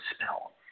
spell